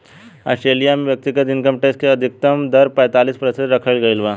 Australia में व्यक्तिगत income tax के अधिकतम दर पैतालीस प्रतिशत रखल गईल बा